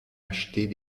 acheter